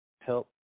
help